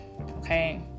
okay